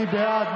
מי בעד?